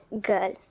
girl